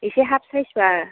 एसे half size बा